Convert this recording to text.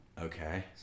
Okay